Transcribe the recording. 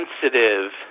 sensitive